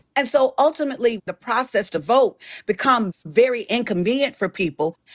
and so ultimately the process to vote becomes very inconvenient for people.